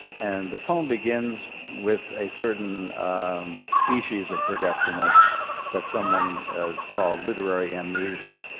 and the poem begins with a certain species of forgetfulness that someone called literary amnesia,